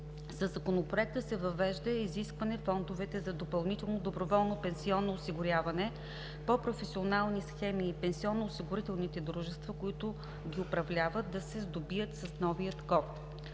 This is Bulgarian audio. Законопроекта се въвежда изискване фондовете за допълнително доброволно пенсионно осигуряване по професионални схеми и пенсионноосигурителните дружества, които ги управляват, да се сдобият с новия код.